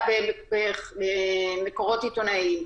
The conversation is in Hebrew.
במקורות עיתונאיים.